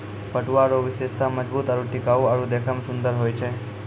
पटुआ रो विशेषता मजबूत आरू टिकाउ आरु देखै मे सुन्दर होय छै